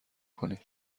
کنید